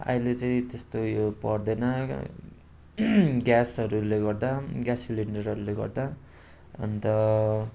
अहिले चाहिँ त्यस्तो यो पर्दैन ग्यासहरूले गर्दा ग्यास सिलिन्डरहरूले गर्दा अन्त